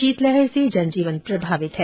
शीतलहर से जन जीवन प्रभावित है